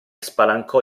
spalancò